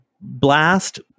blast